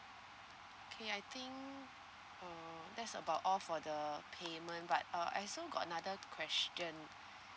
okay I think uh that's about all for the payment but uh I still got another question